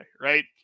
right